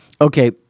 Okay